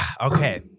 Okay